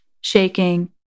shaking